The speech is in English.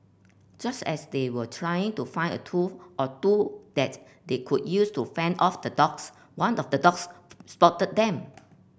just as they were trying to find a tool or two that they could use to fend off the dogs one of the dogs spotted them